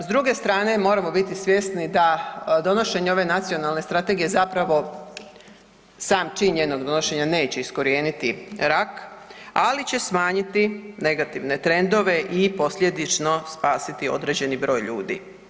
S druge strane moramo biti svjesni da donošenje ove nacionalne strategije, zapravo sam čin njenog donošenja neće iskorijeniti rak, ali će smanjiti negativne trendove i posljedično spasiti određeni broj ljudi.